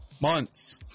months